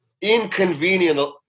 inconvenient